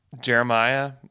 Jeremiah